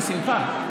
בשמחה.